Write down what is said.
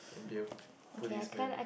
and be a policeman